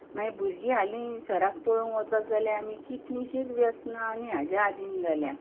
मागीर भुरगीं हालीं सर्रास पळोवंक वचत जाल्यार आनी कितलींशींच व्यसनां आनी हाच्या अधीन जाल्या